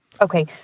Okay